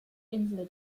insel